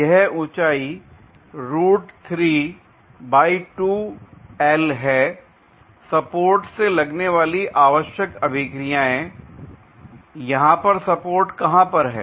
यह ऊंचाई है सपोर्ट से लगने वाली आवश्यक अभिक्रियाएं l यहां पर सपोर्ट कहां पर हैं